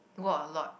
walk a lot